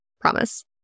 Promise